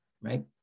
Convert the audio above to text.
right